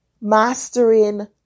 mastering